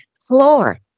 floor